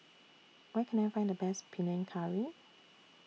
Where Can I Find The Best Panang Curry